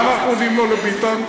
מה אנחנו עונים לו, לביטן?